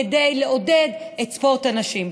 כדי לעודד את ספורט הנשים.